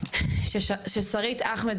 ששרית אחמד,